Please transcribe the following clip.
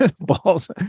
balls